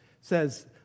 says